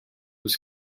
was